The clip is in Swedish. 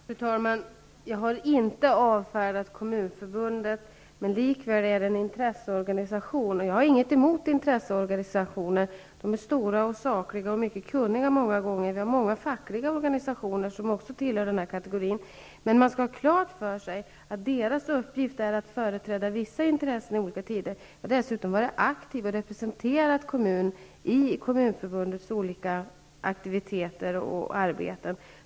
Fru talman! Jag har inte avfärdat Kommunförbundet. Det är likväl en intresseorganisation. Jag har inget emot intresseorganisationer. I intresseorganisationer, som är ofta stora, är man saklig och många gånger mycket kunnig. Också många fackliga organisationer tillhör denna kategori av organisationer. Man skall emellertid ha klart för sig att deras uppgift är att företräda vissa grupper i olika tider. De skall dessutom vara aktiva och representera kommunen i Kommunförbundets olika aktiviteter.